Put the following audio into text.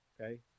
okay